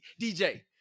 DJ